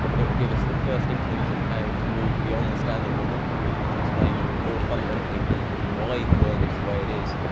it will give us the first inklings of how to move beyond the standard model and to explain more fundamentally why the world is the way it is.